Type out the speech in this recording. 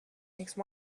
make